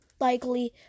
likely